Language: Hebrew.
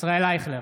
ישראל אייכלר,